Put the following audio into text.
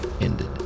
ended